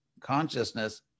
consciousness